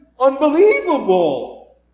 unbelievable